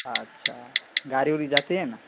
اچھا گاڑی اوڑی جاتی ہے نا